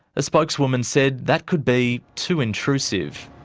a spokeswoman said that could be too intrusive.